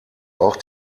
auch